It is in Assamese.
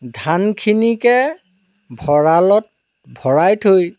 ধান খিনিকে ভঁৰালত ভৰাই থৈ